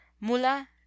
Mula